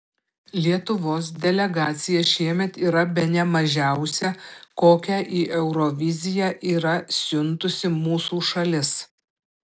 lietuvos delegacija šiemet yra bene mažiausia kokią į euroviziją yra siuntusi mūsų šalis